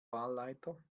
wahlleiter